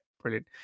brilliant